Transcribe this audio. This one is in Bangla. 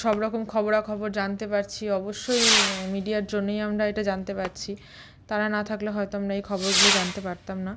সব রকম খবরাখবর জানতে পারছি অবশ্যই মিডিয়ার জন্যই আমরা এটা জানতে পারছি তারা না থাকলে হয়তো আমরা এই খবরগুলো জানতে পারতাম না